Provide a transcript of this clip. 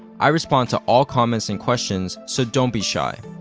i respond to all comments and questions, so don't be shy.